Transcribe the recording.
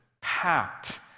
packed